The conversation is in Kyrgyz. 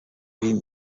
кийин